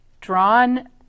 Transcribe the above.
drawn